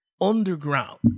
underground